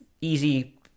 easy